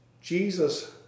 Jesus